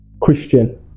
Christian